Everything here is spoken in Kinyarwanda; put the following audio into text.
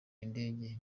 indege